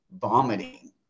vomiting